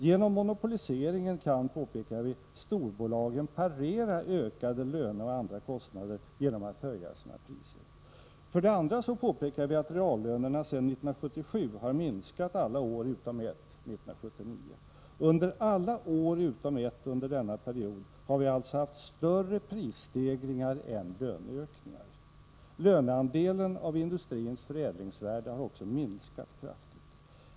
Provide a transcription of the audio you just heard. Genom monopoliseringen kan, påpekar vi, storbolagen parera ökade löner och andra kostnader genom att höja sina priser. För det andra påpekar vi att reallönerna sedan 1977 har minskat alla år utom ett, 1979. Under alla år utom ett under denna period har vi alltså haft större prisstegringar än löneökningar. Löneandelen av industrins förädlingsvärde har också minskat kraftigt.